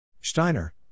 Steiner